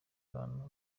bantu